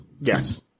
Yes